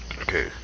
Okay